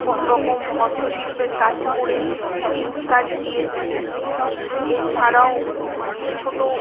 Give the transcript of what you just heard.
কোনো রকম হস্তশিল্পের কাজ করে গ্রিটিংস কার্ড দিয়েছি ইট এছাড়াও মানে ছোটো